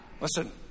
Listen